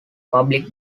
public